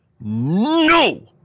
no